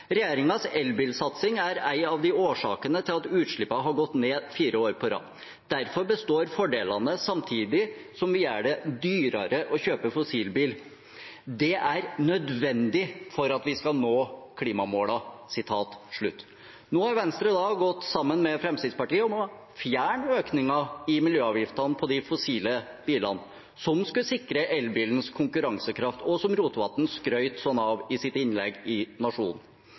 elbilsatsing er ei av årsakene til at utsleppa har gått ned fire år på rad. Derfor består fordelane samtidig som vi gjer det dyrare å kjøpe fossilbil. Det er nødvendig for at vi skal nå klimamåla.» Nå har Venstre gått sammen med Fremskrittspartiet om å fjerne økningen i miljøavgiftene på fossilbilene, som skulle sikre elbilens konkurransekraft, og som Rotevatn skrøt sånn av i sitt innlegg i